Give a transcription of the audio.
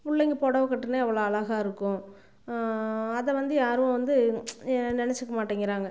பிள்ளைங்க புடவை கட்டுனா எவ்வளோ அழகாக இருக்கும் அதை வந்து யாரும் வந்து நினைச்சிக்க மாட்டேங்கிறாங்க